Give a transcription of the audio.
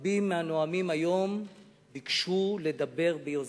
רבים מהנואמים היום ביקשו לדבר ביוזמתם.